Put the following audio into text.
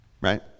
right